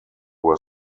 were